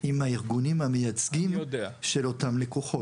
עם הארגונים המייצגים של אותם לקוחות,